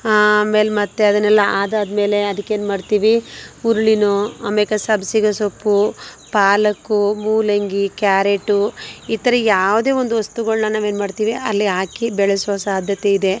ಆಮೇಲೆ ಮತ್ತೆ ಅದನ್ನೆಲ್ಲ ಆದಾದ್ಮೇಲೆ ಅದಕ್ಕೇನು ಮಾಡ್ತೀವಿ ಹುರುಳಿನೋ ಆಮೇಲೆ ಸಬ್ಬಸಿಗೆ ಸೊಪ್ಪು ಪಾಲಕ್ಕು ಮೂಲಂಗಿ ಕ್ಯಾರೆಟು ಈ ಥರ ಯಾವುದೇ ಒಂದು ವಸ್ತುಗಳನ್ನ ನಾವು ಏನು ಮಾಡ್ತೀವಿ ಅಲ್ಲಿ ಹಾಕಿ ಬೆಳೆಸುವ ಸಾಧ್ಯತೆ ಇದೆ